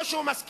או שהוא מסכים,